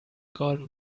golden